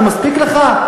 זה מספיק לך?